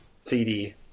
cd